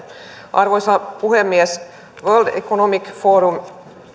arvoisa puhemies world economic forum